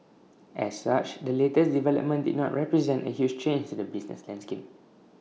as such the latest development did not represent A huge change to the business landscape